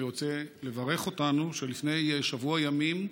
אני רוצה לברך אותנו על שלפני שבוע ימים חתמנו,